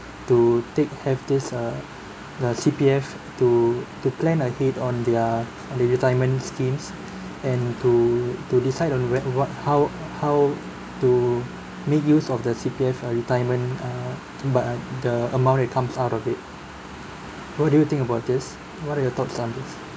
to take have this uh the C_P_F to to plan ahead on their the retirement schemes and to to decide on the where what how how to make use of the C_P_F uh retirement uh think but uh the amount that comes out of it what do you think about this what are your thoughts on this